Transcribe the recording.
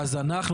אז אנחנו,